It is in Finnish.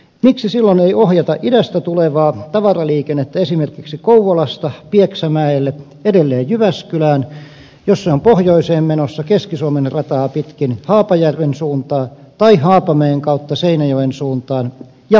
miksi silloin ei ohjata idästä tulevaa tavaraliikennettä esimerkiksi kouvolasta pieksämäelle edelleen jyväskylään jos se on pohjoiseen menossa keski suomen rataa pitkin haapajärven suuntaan tai haapamäen kautta seinäjoen suuntaan ja päinvastoin